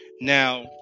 Now